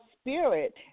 spirit